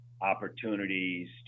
opportunities